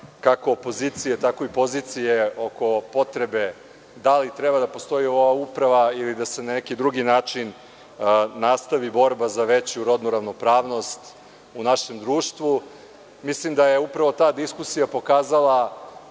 kako opozicije, tako i pozicije oko potrebe da li treba da postoji Uprava ili da se na neki drugi način nastavi borba za veću rodnu ravnopravnost u našem društvu. Mislim da je upravo ta diskusija pokazala